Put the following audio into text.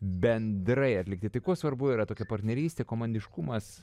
bendrai atlikti tai kuo svarbu yra tokia partnerystė komandiškumas